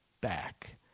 back